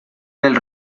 del